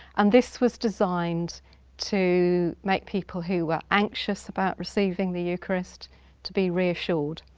and this was designed to make people who were anxious about receiving the eucharist to be reassured,